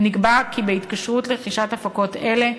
ונקבע כי בהתקשרות לרכישת הפקות אלה,